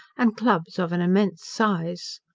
and clubs of an immense size.